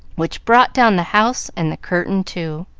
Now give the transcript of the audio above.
which brought down the house and the curtain too.